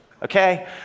Okay